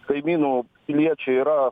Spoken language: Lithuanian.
kaimynų piliečiai yra